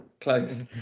close